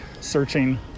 searching